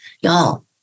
y'all